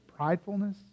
pridefulness